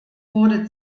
wurde